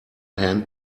hand